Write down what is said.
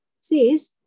says